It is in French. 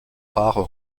rares